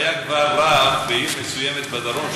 היה כבר רב בעיר מסוימת בדרום,